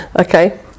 Okay